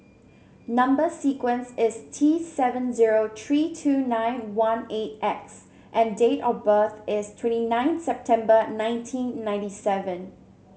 number sequence is T seven zero three two nine one eight X and date of birth is twenty nine September nineteen ninety seven